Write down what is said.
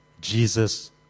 Jesus